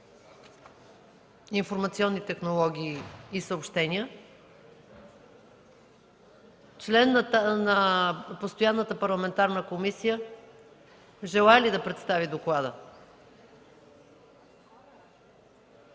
информационни технологии и съобщения? Член на постоянната парламентарна комисия желае ли да представи доклада?